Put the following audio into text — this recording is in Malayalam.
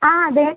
ആ അതെ